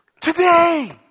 Today